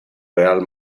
real